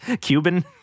cuban